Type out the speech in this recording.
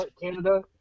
Canada